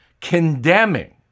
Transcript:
condemning